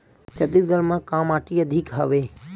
छत्तीसगढ़ म का माटी अधिक हवे?